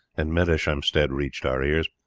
and medeshamsted reached our ears.